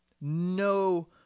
no